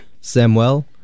Samuel